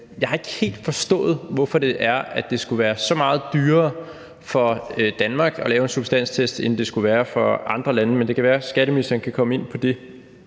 Jeg har ikke helt forstået, hvorfor det skulle være så meget dyrere for Danmark at lave en substanstest, end det skulle være for andre lande, men det kan være, at skatteministeren kan komme ind på det.